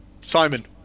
Simon